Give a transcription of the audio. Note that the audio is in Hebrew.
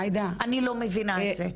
אני לא מבינה את זה.